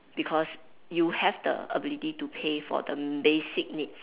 because you have the ability to pay for the basic needs